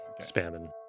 spamming